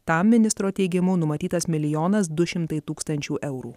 tam ministro teigimu numatytas milijonas du šimtai tūkstančių eurų